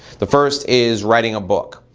the first is writing a book.